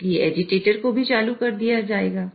इसलिए एजिटेटर को भी चालू कर दिया जाएगा